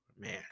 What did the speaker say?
man